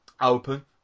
open